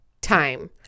time